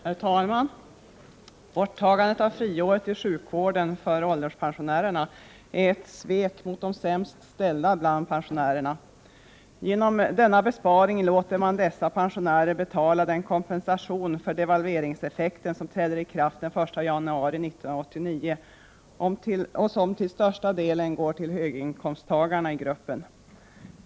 Herr talman! Borttagandet av friåret i sjukvården för ålderspensionärerna är ett svek mot de sämst ställda bland pensionärerna. Genom denna besparing låter man dessa pensionärer betala den kompensation för devalveringseffekten som träder i kraft den 1 januari 1989 och som till största delen går till höginkomsttagarna i gruppen.